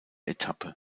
etappe